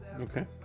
Okay